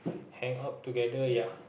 hang out together ya